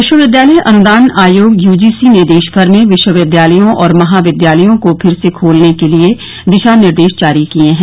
विश्वविद्यालय अनुदान आयोग यूजीसी ने देशभर में विश्वविद्यालयों और महाविद्यालयों को फिर से खोलने के लिए दिशा निर्देश जारी किये हैं